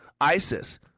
ISIS